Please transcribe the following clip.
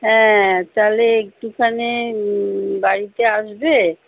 হ্যাঁ তালে একটুখানি বাড়িতে আসবে